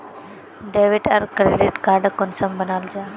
Debit आर credit card कुंसम बनाल जाहा?